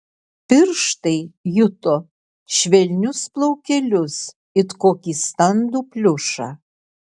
pirštai juto švelnius plaukelius it kokį standų pliušą